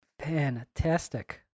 Fantastic